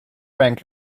bank